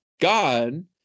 God